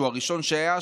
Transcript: הוא הראשון שהיה שם.